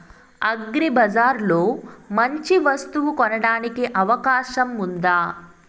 అగ్రిబజార్ లో మంచి వస్తువు కొనడానికి అవకాశం వుందా?